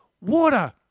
water